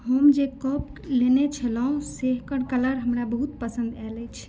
हम जे कप लेने छलहुँ से ओकर कलर हमरा बहुत पसन्द भेल अछि